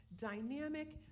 dynamic